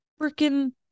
freaking